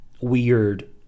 weird